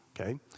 okay